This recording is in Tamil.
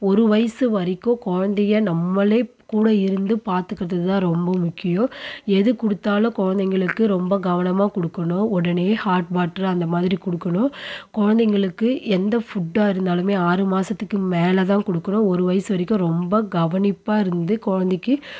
ஒரு வயசு வரைக்கும் குழந்தைய நம்மளே கூட இருந்து பாத்துக்கிறது தான் ரொம்ப முக்கியம் எது கொடுத்தாலும் குழந்தைங்களுக்கு ரொம்ப கவனமாக கொடுக்கணும் உடனே ஹாட் வாட்டர் அந்த மாதிரி கொடுக்கணும் குலந்தைங்களுக்கு எந்த ஃபுட்டாக இருந்தாலுமே ஆறு மாதத்துக்கு மேலே தான் கொடுக்கணும் ஒரு வயசு வரைக்கும் ரொம்ப கவனிப்பாக இருந்து குழந்தைக்கி